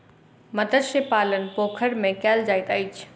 मत्स्य पालन पोखैर में कायल जाइत अछि